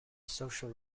social